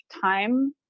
time